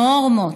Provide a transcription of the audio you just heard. נורמות,